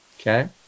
Okay